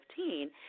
2015